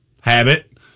habit